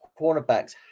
cornerbacks